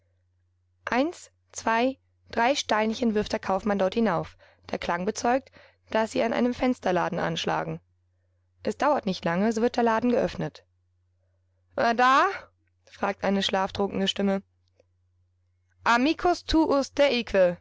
eins zwei drei steinchen wirft der kaufmann dort hinauf der kiang bezeugt daß sie an einen fensterladen anschlagen es dauert nicht lange so wird der laden geöffnet wer da fragt eine schlaftrunkene stimme amicus tuus